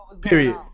period